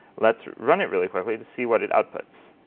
let's run it really quickly to see what it outputs.